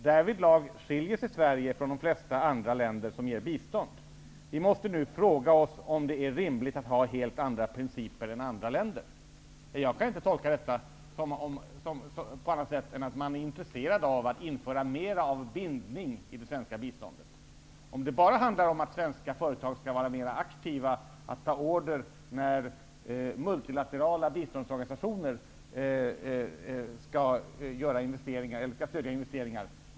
Därvidlag skiljer sig Sverige från de flesta andra länder som ger bistånd. Vi måste fråga oss om det är rimligt att ha helt andra principer än andra länder. Jag kan inte tolka detta på annat sätt än att Socialdemokraterna är intresserade av att införa mera av bindning i det svenska biståndet. Vi är helt överens om det det är fråga om att svenska företag skall vara mera aktiva i att ta upp order när multilaterala biståndsorganisationer skall stödja investeringar.